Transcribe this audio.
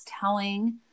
telling